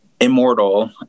immortal